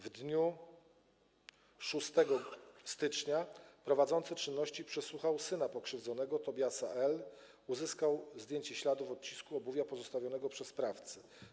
W dniu 6 stycznia prowadzący czynności przesłuchał syna pokrzywdzonego, Tobiasa Ł., uzyskał zdjęcie śladów odcisku obuwia pozostawionego przez sprawcę.